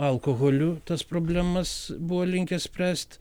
alkoholiu tas problemas buvo linkę spręst